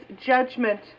judgment